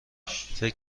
فکر